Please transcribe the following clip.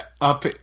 up